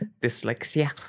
dyslexia